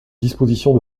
dispositions